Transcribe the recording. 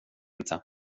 inte